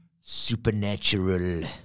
Supernatural